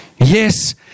Yes